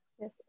Yes